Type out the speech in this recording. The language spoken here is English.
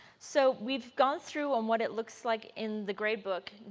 so we've gone through um what it looks like in the grade book.